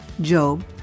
Job